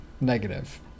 negative